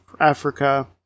Africa